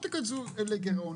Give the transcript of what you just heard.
רגע.